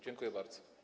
Dziękuję bardzo.